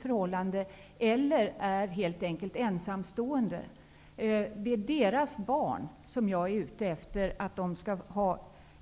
förhållanden eller helt enkelt är ensamstående -- skall ha